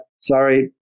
sorry